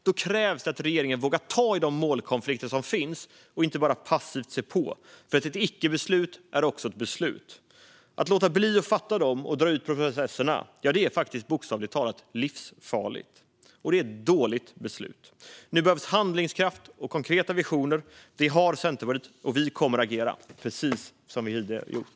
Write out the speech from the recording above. Då krävs det att regeringen vågar ta i de målkonflikter som finns och inte bara passivt ser på, för ett icke-beslut är också ett beslut. Att låta bli att fatta beslut och dra ut på processerna är bokstavligt talat livsfarligt, och det är ett dåligt beslut. Nu behövs handlingskraft och konkreta visioner. Det har Centerpartiet, och vi kommer att agera precis som vi tidigare har gjort.